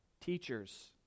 teachers